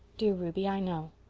dear ruby, i know.